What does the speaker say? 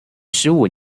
十五